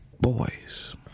boys